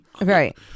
right